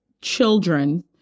children